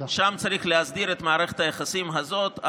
שם צריך להסדיר את מערכת היחסים הזאת,